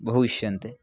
बहु इष्यन्ते